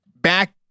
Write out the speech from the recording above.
back